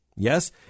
Yes